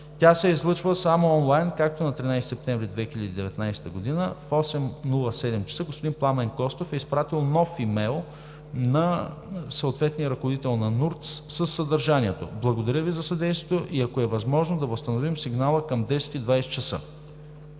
Тя се е излъчвала само онлайн, като на 13 септември 2019 г. в 8,07 ч. господин Пламен Костов е изпратил нов имейл на съответния ръководител на НУРТС със съдържание: „Благодаря Ви за съдействието и, ако е възможно, да възстановим сигнала към 10,20 ч.“